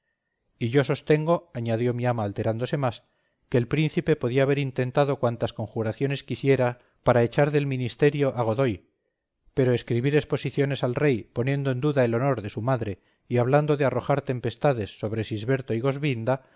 y yo sostengo añadió mi ama alterándose más que el príncipe podía haber intentado cuantas conjuraciones quisiera para echar del ministerio a godoy pero escribir exposiciones al rey poniendo en duda el honor de su madre y hablando de arrojar tempestades sobre sisberto y